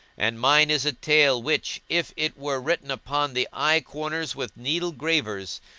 and mine is a tale which, if it were written upon the eye corners with needle gravers,